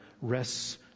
rests